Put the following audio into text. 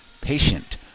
patient